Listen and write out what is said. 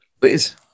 Please